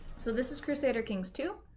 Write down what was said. so this is crusader kings two